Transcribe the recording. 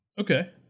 okay